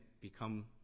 become